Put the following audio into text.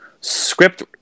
script